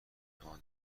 آدمها